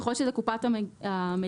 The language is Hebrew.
ככל שהיא לקופת המדינה,